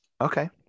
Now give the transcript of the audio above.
Okay